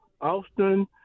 Austin